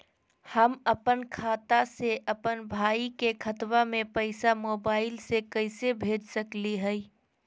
हम अपन खाता से अपन भाई के खतवा में पैसा मोबाईल से कैसे भेज सकली हई?